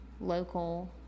local